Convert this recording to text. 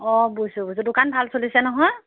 অঁ বুজিছোঁ বুজিছোঁ দোকান ভাল চলিছে নহয়